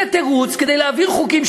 זה תירוץ כדי להעביר חוקים,